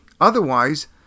Otherwise